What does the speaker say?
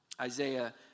Isaiah